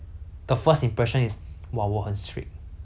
很多人都怕我 then 加上听到我 history